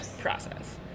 process